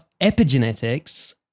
epigenetics